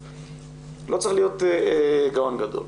לא צריך להיות גאון גדול.